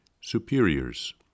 Superiors